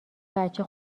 بچه